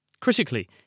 Critically